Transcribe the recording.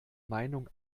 meinung